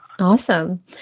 Awesome